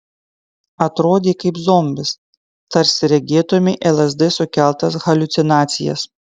atrodei kaip zombis tarsi regėtumei lsd sukeltas haliucinacijas